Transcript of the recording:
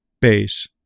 base